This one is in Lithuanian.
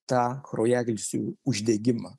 tą kraujagyslių uždegimą